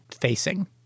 facing